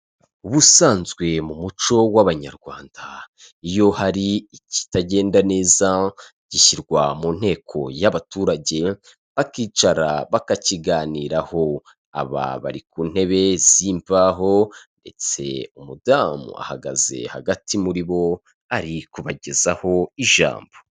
Mubusanzwe mu muco w'abanyarwanda iyo hari ikitagenda neza gishyirwa mu nteko y'abaturage bakicara bakakiganiraho. Aba bari ku ntebe z'imbaho ndetse umudamu ahagaze hagati muri bo ari kubagezaho ijambo.